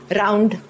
round